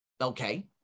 Okay